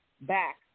back